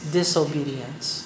disobedience